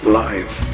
life